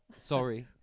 sorry